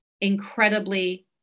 incredibly